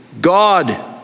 God